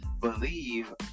believe